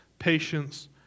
Patience